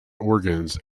organs